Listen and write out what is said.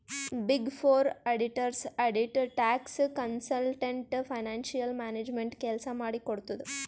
big four auditors audit, tax, consultant, financial management ಕೆಲ್ಸ ಮಾಡಿ ಕೊಡ್ತುದ್